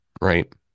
right